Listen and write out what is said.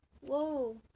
Whoa